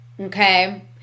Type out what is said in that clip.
okay